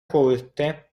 corte